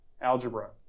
algebra